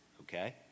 Okay